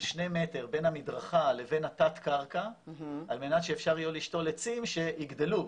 שני מטר בין המדרכה לבין תת הקרקע על מנת שאפשר יהיה לשתול עצים שיגדלו,